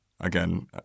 Again